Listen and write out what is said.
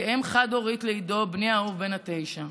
כאם חד-הורית לעידו בני האהוב בן התשע.